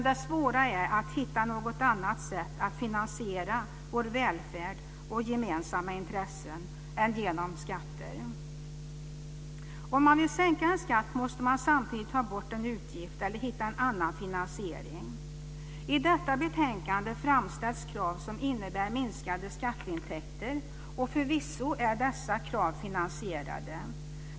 Det svåra är att hitta något annat sätt att finansiera vår välfärd och gemensamma intressen än genom skatter. Om man vill sänka en skatt måste man samtidigt ta bort en utgift eller hitta en annan finansiering. I detta betänkande framställs krav som innebär minskade skatteintäkter, och förvisso är dessa krav finansierade.